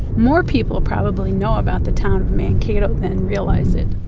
more people probably know about the town of mankato than realize it.